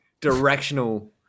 directional